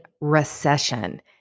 recession